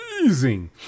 amazing